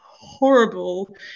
horrible